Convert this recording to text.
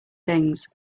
things